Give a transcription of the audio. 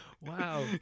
Wow